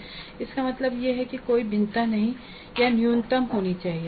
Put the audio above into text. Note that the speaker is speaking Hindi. इसका मतलब यह नहीं है कि कोई भिन्नता नहीं या न्यूनतम होनी चाहिए